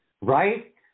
Right